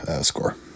score